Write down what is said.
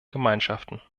gemeinschaften